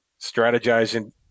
strategizing